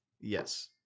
Yes